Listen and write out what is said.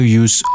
use